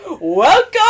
Welcome